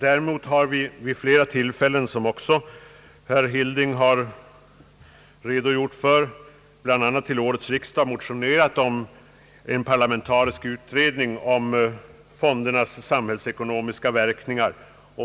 Däremot har vi vid flera tillfällen, som även herr Hilding har sagt, bl.a. till årets riksdag, motionerat om en parlamentarisk utredning rörande fondernas samhällsekonomiska verkningar.